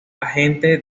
agente